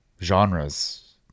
genres